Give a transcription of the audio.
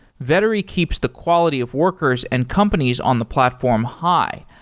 vettery keeps the quality of workers and companies on the platform high,